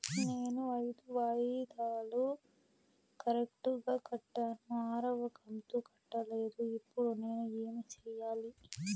నేను ఐదు వాయిదాలు కరెక్టు గా కట్టాను, ఆరవ కంతు కట్టలేదు, ఇప్పుడు నేను ఏమి సెయ్యాలి?